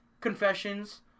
Confessions